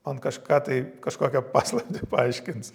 man kažką tai kažkokią paslaptį paaiškins